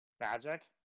Magic